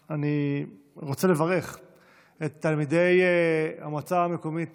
אני רוצה לברך את תלמידי המועצה המקומית